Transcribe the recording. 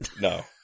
No